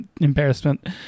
Embarrassment